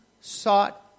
sought